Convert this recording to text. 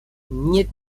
нет